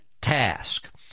task